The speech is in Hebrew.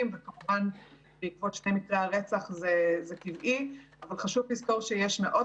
וכמובן בעקבות שני מקרי הרצח זה טבעי אבל חשוב לזכור שיש מאות